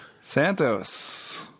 Santos